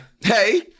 Hey